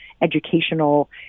educational